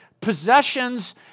possessions